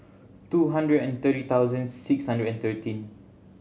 two hundred and thirty thousands six hundred and thirteen